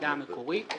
לוועדה המקורית.